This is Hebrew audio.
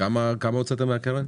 כמה הוצאתם מהקרן?